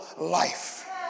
life